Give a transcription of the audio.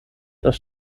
das